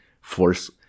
force